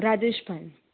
રાજેશ ભાઈ